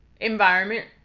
Environment